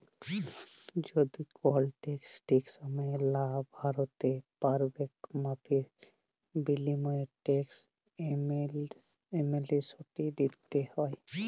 যদি কল টেকস ঠিক সময়ে লা ভ্যরতে প্যারবেক মাফীর বিলীময়ে টেকস এমলেসটি দ্যিতে হ্যয়